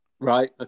right